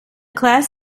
class